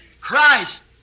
Christ